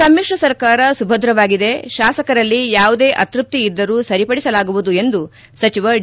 ಸಮಿತ್ರ ಸರ್ಕಾರ ಸುಭದ್ರವಾಗಿದೆ ಶಾಸಕರಲ್ಲಿ ಯಾವುದೇ ಅತೃಪ್ತಿ ಇದ್ದರೂ ಸರಿಪಡಿಸಲಾಗುವುದು ಎಂದು ಸಚಿವ ಡಿ